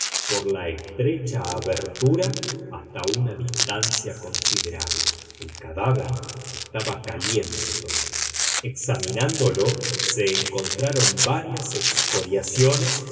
por la estrecha abertura hasta una distancia considerable el cadáver estaba caliente todavía examinándolo se encontraron varias